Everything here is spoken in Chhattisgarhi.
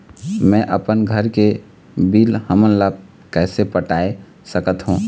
मैं अपन घर के बिल हमन ला कैसे पटाए सकत हो?